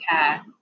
care